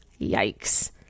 Yikes